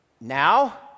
Now